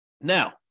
Now